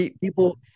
People